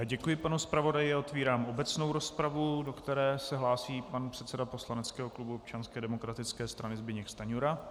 Děkuji panu zpravodaji a otevírám obecnou rozpravu, do které se hlásí pan předseda poslaneckého klubu Občanské demokratické strany Zbyněk Stanjura.